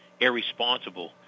irresponsible